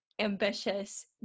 ambitious